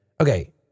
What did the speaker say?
okay